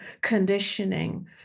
conditioning